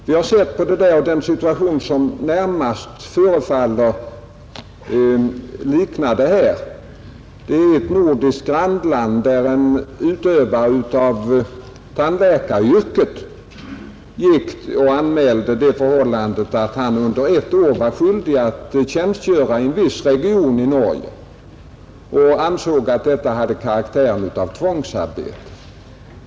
Vi har sett på detta, och vad som närmast förefaller att likna den här situationen är ett fall i vårt grannland Norge, där en utövare av tandläkaryrket anmälde det förhållandet att han under ett år var skyldig att tjänstgöra i en viss region i landet. Han ansåg att detta hade karaktären av tvångsarbete.